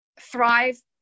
thrive